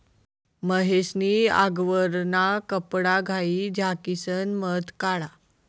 महेश नी आगवरना कपडाघाई झाकिसन मध काढा